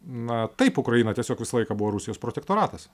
na taip ukraina tiesiog visą laiką buvo rusijos protektoratas